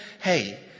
hey